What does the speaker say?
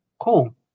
cool